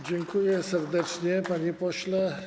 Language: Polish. Dziękuję serdecznie, panie pośle.